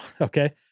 okay